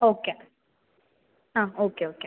okay ah okay okay